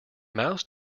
mouse